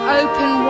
open